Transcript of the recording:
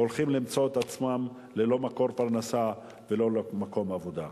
שהולכים למצוא את עצמם ללא מקור פרנסה וללא מקום עבודה.